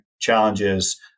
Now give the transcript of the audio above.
challenges